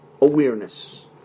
awareness